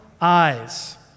eyes